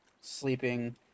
sleeping